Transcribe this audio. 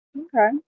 Okay